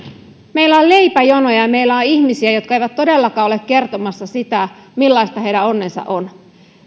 meillä on leipäjonoja ja meillä on ihmisiä jotka eivät todellakaan ole kertomassa sitä millaista heidän onnensa on